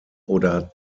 oder